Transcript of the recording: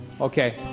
Okay